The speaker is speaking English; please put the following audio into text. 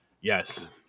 Yes